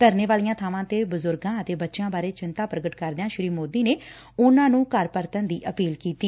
ਧਰਨੇ ਵਾਲੀਆਂ ਬਾਵਾਂ ਤੇ ਬਜੁਰਗਾਂ ਤੇ ਬੱਚਿਆਂ ਬਾਰੇ ਚਿੰਤਾ ਪ੍ਰਗਟ ਕਰਦਿਆਂ ਸ੍ਰੀ ਮੋਦੀ ਨੇ ਉਨ੍ਹਾਂ ਨੂੰ ਘਰਾ ਨੂੰ ਵਰਤਣ ਦੀ ਅਪੀਲ ਕੀਤੀ